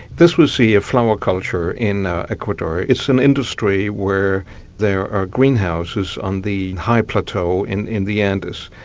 this was the flower culture in ecuador, it's an industry where there are greenhouses on the high plateau in in the andes,